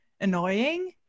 annoying